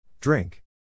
Drink